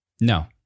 No